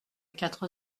quatre